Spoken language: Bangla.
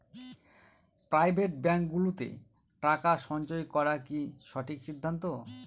প্রাইভেট ব্যাঙ্কগুলোতে টাকা সঞ্চয় করা কি সঠিক সিদ্ধান্ত?